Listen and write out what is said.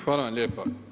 Hvala vam lijepa.